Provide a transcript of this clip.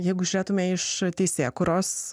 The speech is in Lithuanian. jeigu žiūrėtumėme iš teisėkūros